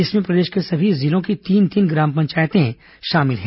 इसमें प्रदेश के सभी जिलों की तीन तीन ग्राम पंचायतें शामिल हैं